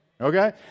Okay